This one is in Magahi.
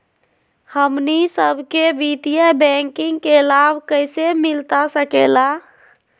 हमनी सबके वित्तीय बैंकिंग के लाभ कैसे मिलता सके ला?